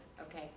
okay